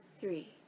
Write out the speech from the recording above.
three